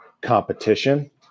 competition